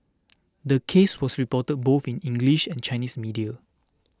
the case was reported both in English and Chinese media